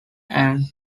end